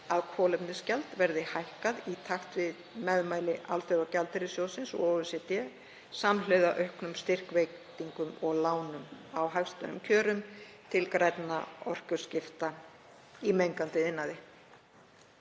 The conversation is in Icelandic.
að kolefnisgjald verði hækkað í takt við meðmæli Alþjóðagjaldeyrissjóðsins og OECD, samhliða auknum styrkveitingum og lánum á hagstæðum kjörum til grænna orkuskipta í mengandi iðnaði.